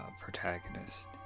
protagonist